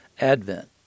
Advent